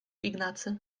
ignacy